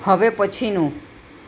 હવે પછીનું